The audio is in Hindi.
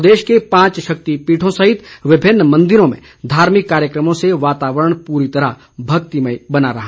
प्रदेश के पांच शक्तिपीठों सहित विभिन्न मन्दिरों में धार्मिक कार्यक्रमों से वातावरण पूरी तरह भक्तिमय बना रहा